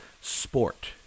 sport